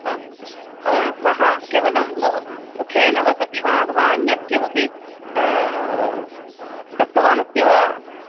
हा सः केवलं मु मुखेन वदति वा अथवा अन्यत् किमपि दत्तवान् अस्ति वा